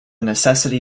necessity